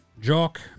Jock